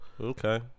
Okay